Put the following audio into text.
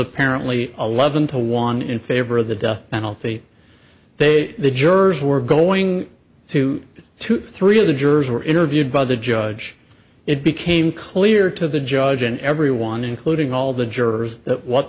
apparently a leaven to one in favor of the death penalty they the jurors were going to get two three of the jurors were interviewed by the judge it became clear to the judge and everyone including all the jurors that what